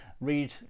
read